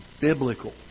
biblical